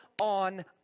on